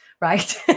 right